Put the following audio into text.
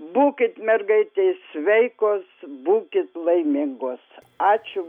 būkit mergaitės sveikos būkit laimingos ačiū